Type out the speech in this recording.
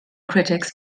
critics